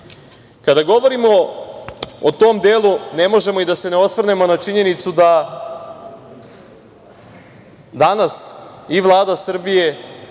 govorimo o tom delu, ne možemo a da se ne osvrnemo na činjenicu da danas i Vlada Srbije,